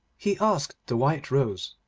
he asked the white rose,